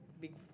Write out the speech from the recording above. big